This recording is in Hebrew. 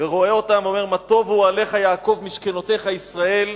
רואה אותם ואומר: "מה טובו אהליך יעקב משכנותיך ישראל".